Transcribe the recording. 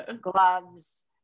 gloves